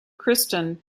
kristen